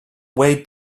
weighted